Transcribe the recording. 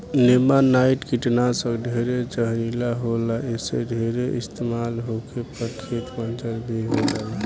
नेमानाइट कीटनाशक ढेरे जहरीला होला ऐसे ढेर इस्तमाल होखे पर खेत बंजर भी हो जाला